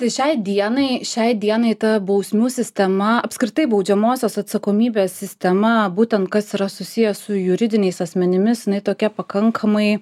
tai šiai dienai šiai dienai ta bausmių sistema apskritai baudžiamosios atsakomybės sistema būtent kas yra susiję su juridiniais asmenimis jinai tokia pakankamai